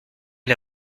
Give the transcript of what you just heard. les